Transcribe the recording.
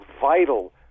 vital